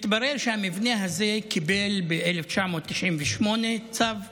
מתברר שהמבנה הזה קיבל ב-1998 צו הריסה.